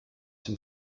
dem